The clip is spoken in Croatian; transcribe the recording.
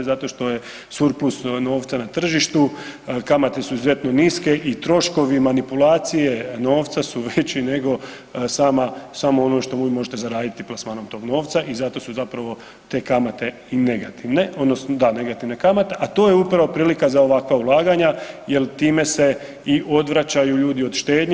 Zato što je surpus novca na tržištu, kamate su izuzetno niske i troškovi manipulacije novca su veći nego sama, samo ono što vi možete zaraditi plasmanom tog novca i zato su zapravo te kamate i negativne odnosno, da negativne kamate, a to je upravo prilika za ovakva ulaganja jel time se i odvraćaju ljudi od štednje.